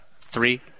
Three